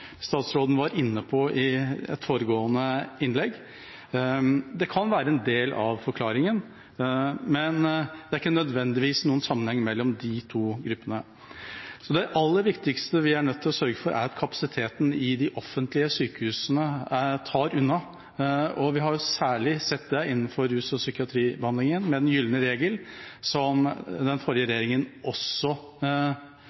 statsråden var inne på i et foregående innlegg. Det kan være en del av forklaringen, men det er ikke nødvendigvis noen sammenheng mellom de to gruppene. Det aller viktigste vi er nødt til å sørge for, er at kapasiteten i de offentlige sykehusene tar unna, og vi har jo særlig sett det innenfor rus- og psykiatribehandlingen med den gylne regel, som den forrige